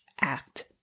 act